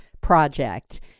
project